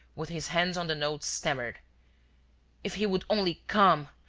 with his hands on the notes, stammered if he would only come,